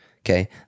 okay